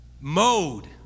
mode